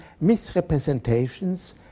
misrepresentations